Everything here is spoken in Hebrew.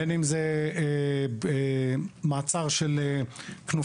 בין שזה מעצר של כנופיות,